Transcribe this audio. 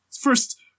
First